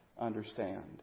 understand